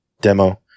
demo